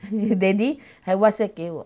daddy 还 whatsapp 给我